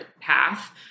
path